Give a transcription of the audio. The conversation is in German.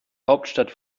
hauptstadt